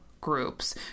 groups